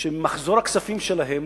שמחזור הכספים שלהן